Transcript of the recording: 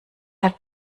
hat